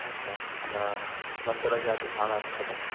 अच्छा माना सतर हज़ार ते साढा छह टका